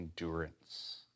endurance